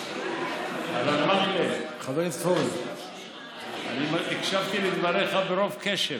הרב מקלב, הקשבתי לדבריך ברוב קשב.